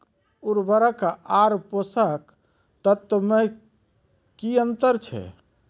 उर्वरक आर पोसक तत्व मे की अन्तर छै?